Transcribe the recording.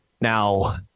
Now